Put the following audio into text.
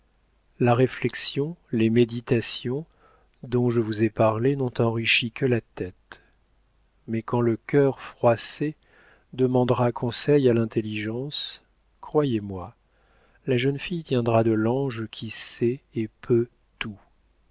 la réflexion les méditations dont je vous ai parlé n'ont enrichi que la tête mais quand le cœur froissé demandera conseil à l'intelligence croyez-moi la jeune fille tiendra de l'ange qui sait et peut tout